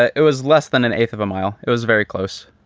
it it was less than an eighth of a mile. it was very close.